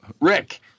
Rick